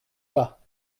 pas